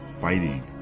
fighting